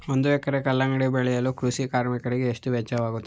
ಒಂದು ಎಕರೆ ಕಲ್ಲಂಗಡಿ ಬೆಳೆಯಲು ಕೃಷಿ ಕಾರ್ಮಿಕರಿಗೆ ಎಷ್ಟು ವೆಚ್ಚವಾಗುತ್ತದೆ?